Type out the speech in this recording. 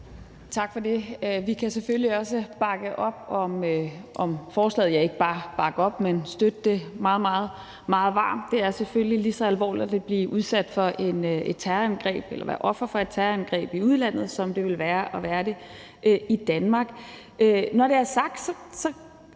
Tak for det. Vi kan selvfølgelig også bakke op om forslaget, ja, ikke bare bakke op om det, men støtte det meget, meget varmt. Det er selvfølgelig lige så alvorligt at blive udsat for et terrorangreb eller være offer for et terrorangreb i udlandet, som det ville være at være det i Danmark. Når det er sagt, synes